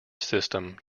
system